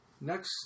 next